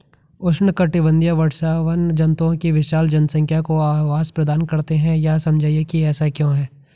उष्णकटिबंधीय वर्षावन जंतुओं की विशाल जनसंख्या को आवास प्रदान करते हैं यह समझाइए कि ऐसा क्यों है?